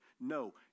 No